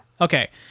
Okay